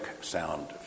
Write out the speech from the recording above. sound